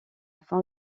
fin